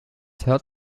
hört